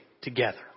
together